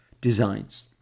designs